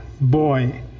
boy